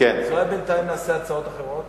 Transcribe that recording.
אולי עכשיו נעשה הצעות אחרות?